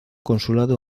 consulado